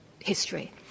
history